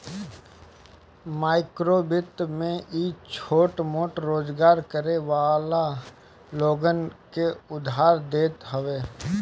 माइक्रोवित्त में इ छोट मोट रोजगार करे वाला लोगन के उधार देत हवे